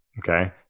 okay